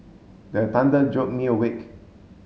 the thunder jolt me awake